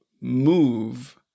move